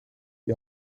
die